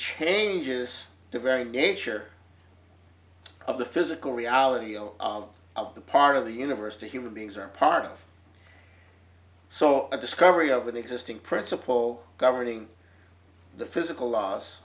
changes the very nature of the physical reality of of the part of the universe to human beings are part of so a discovery of an existing principle governing the physical laws